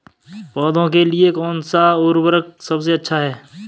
पौधों के लिए कौन सा उर्वरक सबसे अच्छा है?